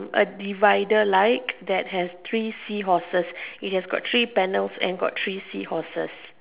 a divider like that has three seahorses it has got three panels and it has got three seahorses